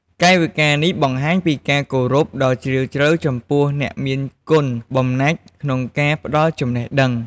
កាយវិការនេះបង្ហាញពីការគោរពដ៏ជ្រាលជ្រៅចំពោះអ្នកមានគុណបំណាច់ក្នុងការផ្ដល់ចំណេះដឹង។